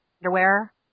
underwear